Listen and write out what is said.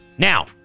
Now